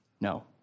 No